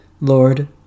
Lord